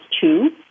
two